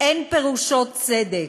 אין פירושו 'צדק',